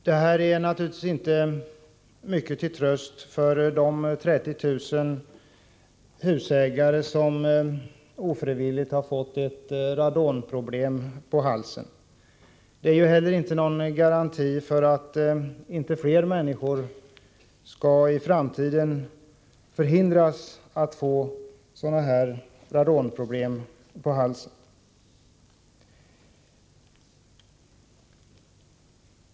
Det här är naturligtvis inte mycket till tröst för de 30 000 husägare som har fått ett radonproblem på halsen. Det innebär inte heller någon garanti för att inte fler människor i framtiden råkar ut för radonproblem i sina bostäder.